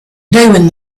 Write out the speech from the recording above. doing